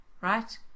right